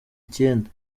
icyenda